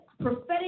prophetic